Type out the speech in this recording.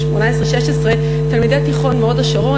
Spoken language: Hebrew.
תלמידי תיכון מהוד-השרון,